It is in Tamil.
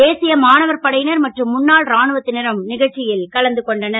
தேசிய மாணவர் படை னர் மற்றும் முன்னாள் ராணுவத் னரும் க ச்சி ல் கலந்து கொண்டனர்